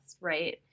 right